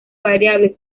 variables